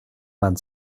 vingt